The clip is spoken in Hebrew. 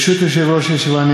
ברשות יושב-ראש הישיבה,